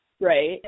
right